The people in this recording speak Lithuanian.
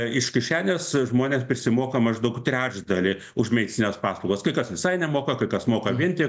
iš kišenės žmonės prisimoka maždaug trečdalį už medicines paslaugas kai kas visai nemoka kai kas moka vien tik